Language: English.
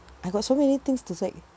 I got so many things to say